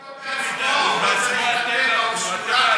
הוא שמורת טבע בעצמו.